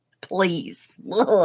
Please